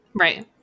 Right